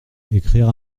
écrire